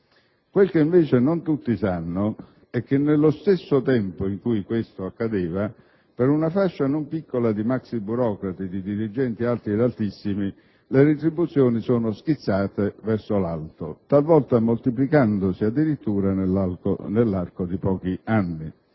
Quel che invece non tutti sanno è che nello stesso tempo in cui ciò accadeva, per una fascia non piccola di maxiburocrati e di dirigenti alti e altissimi, le retribuzioni sono schizzate verso l'alto, talvolta moltiplicandosi addirittura nell'arco di pochi anni.